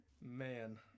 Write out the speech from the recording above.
Man